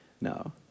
no